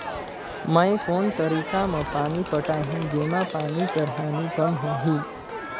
मैं कोन तरीका म पानी पटाहूं जेमा पानी कर हानि कम होही?